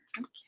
Okay